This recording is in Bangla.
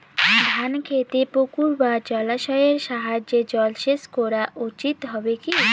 ধান খেতে পুকুর বা জলাশয়ের সাহায্যে জলসেচ করা উচিৎ হবে কি?